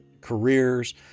careers